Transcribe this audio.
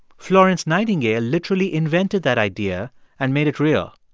florence nightingale literally invented that idea and made it real.